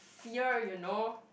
year you know